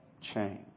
change